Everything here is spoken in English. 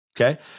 Okay